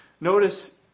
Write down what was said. notice